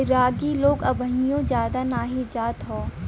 रागी लोग अबहिओ जादा नही जानत हौ